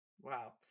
Wow